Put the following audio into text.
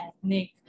ethnic